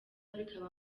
bikaba